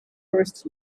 first